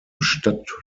stadttor